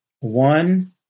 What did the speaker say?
One